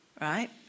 right